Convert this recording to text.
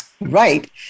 Right